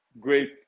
great